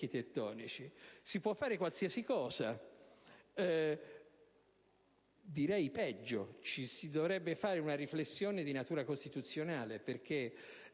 si può fare qualsiasi cosa. Direi che sul tema si dovrebbe fare una riflessione di natura costituzionale, perché